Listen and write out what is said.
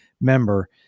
member